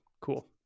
cool